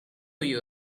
you